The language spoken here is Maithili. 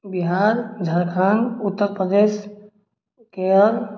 बिहार झारखण्ड उत्तरप्रदेश केरल